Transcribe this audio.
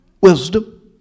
wisdom